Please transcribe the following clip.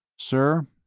sir,